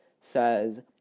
says